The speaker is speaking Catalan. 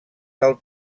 del